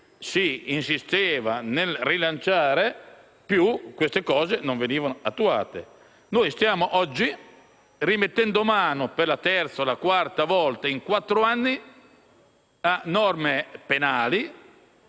si insisteva nel rilanciare, più le leggi non venivano attuate. Stiamo oggi rimettendo mano, per la terza o quarta volta in quattro anni, a norme penali.